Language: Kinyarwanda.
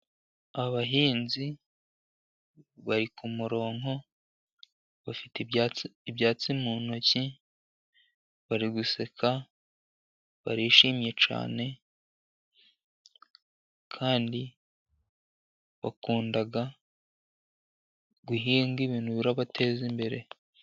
Abahinzi bari ku murongo bafite ibyatsi mu ntoki, bari guseka barishimye cyane kandi bakunda guhinga ibintu bibateza imbere.